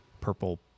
purple